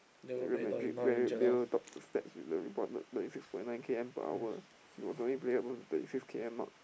yeah Real-Madrid Gareth-Bale thirt~ stats with a reported thirty six point nine K_M per hour he was only player above thirty six K_M mark